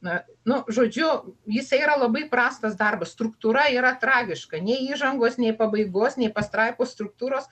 na nu žodžiu jisai yra labai prastas darbas struktūra yra tragiška nei įžangos nei pabaigos nei pastraipos struktūros